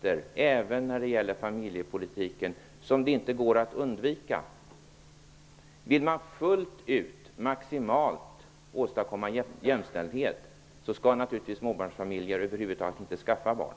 det även när det gäller familjepolitiken finns konflikter som det inte går att undvika. Om man vill åstadkomma jämställdhet fullt ut, maximalt, skall familjer över huvud taget inte skaffa barn.